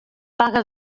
paga